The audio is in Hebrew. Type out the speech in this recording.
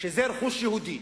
שזה רכוש יהודי.